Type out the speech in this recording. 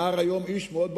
אז,